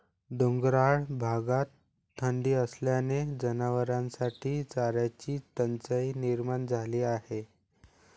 डोंगराळ भागात थंडी असल्याने जनावरांसाठी चाऱ्याची टंचाई निर्माण झाली आहे